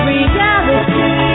Reality